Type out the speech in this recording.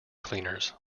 cleaners